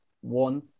one